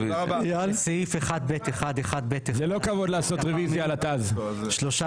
בסעיף 1(ב1)(1)(ב)(1) לאחר המילים 'שלושה